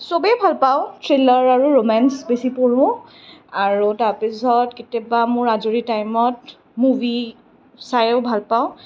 চবেই ভাল পাওঁ থ্ৰীলাৰ আৰু ৰোমাঞ্চ বেছি পঢ়োঁ আৰু তাৰ পিছত কেতিয়াবা মোৰ আজৰি টাইমত মুভি চাইও ভাল পাওঁ